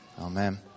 Amen